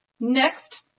Next